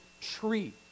tree